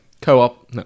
Co-op